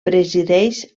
presideix